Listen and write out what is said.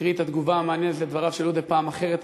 נקריא את התגובה המעניינת לדבריו של עודה פעם אחרת.